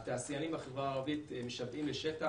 התעשיינים בחברה הערבית משוועים לשטח,